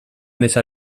deixar